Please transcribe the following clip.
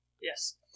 Yes